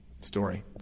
story